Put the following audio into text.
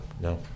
no